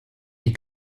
die